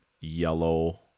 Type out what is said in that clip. yellow